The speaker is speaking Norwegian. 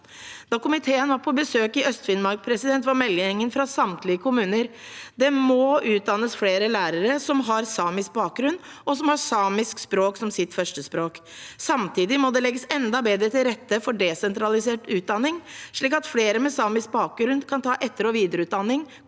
Da komiteen var på besøk i Øst-Finnmark, var meldingen fra samtlige kommuner at det må utdannes flere lærere som har samisk bakgrunn og samisk språk som sitt førstespråk. Samtidig må det legges enda bedre til rette for desentralisert utdanning, slik at flere med samisk bakgrunn kan ta etter- og videreutdanning